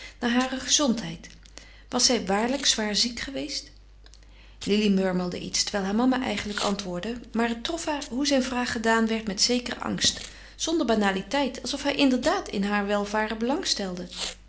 naar hare gezondheid was zij waarlijk zwaar ziek geweest lili murmelde iets terwijl haar mama eigenlijk antwoordde maar het trof haar hoe zijn vraag gedaan werd met zekeren angst zonder banaliteit alsof hij inderdaad in haar welvaren